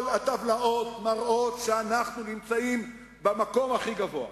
כל הטבלאות מראות שאנחנו נמצאים במקום הכי גבוה.